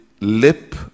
lip